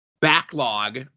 Backlog